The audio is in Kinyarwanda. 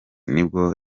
nibwo